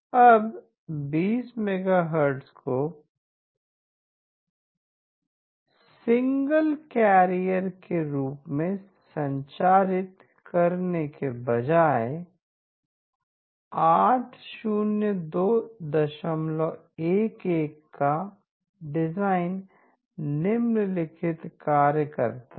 अब 20 मेगाहर्ट्ज़ को single carrier के रूप में संचारित करने के बजाय 80211 का डिज़ाइन निम्नलिखित कार्य करता है